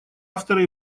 автора